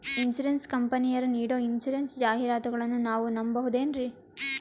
Insurance ಕಂಪನಿಯರು ನೀಡೋ insurance ಜಾಹಿರಾತುಗಳನ್ನು ನಾವು ನಂಬಹುದೇನ್ರಿ?